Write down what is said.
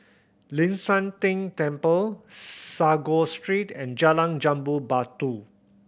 Ling San Teng Temple Sago Street and Jalan Jambu Batu